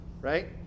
right